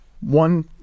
One